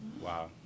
Wow